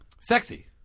Sexy